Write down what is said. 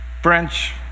French